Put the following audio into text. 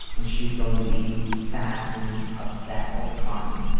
and she's going to be fat and upset all the time.